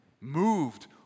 Moved